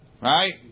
Right